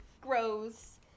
gross